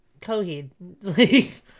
Coheed